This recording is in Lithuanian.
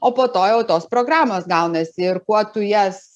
o po to jau tos programos gaunasi ir kuo tu jas